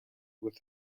with